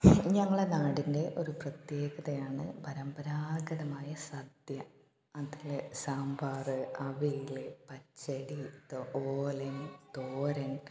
ഞങ്ങളെ നാടിൻ്റെ ഒരു പ്രത്യേകതയാണ് പരമ്പരാഗതമായ സദ്യ അതിൽ സാമ്പാർ അവിയൽ പച്ചടി ഓലൻ തോരൻ